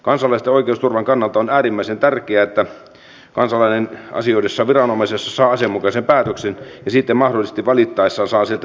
kansalaisten oikeusturvan kannalta on äärimmäisen tärkeää että kansalainen asioidessaan viranomaisessa saa asianmukaisen päätöksen ja sitten mahdollisesti valittaessaan saa sitä